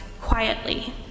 quietly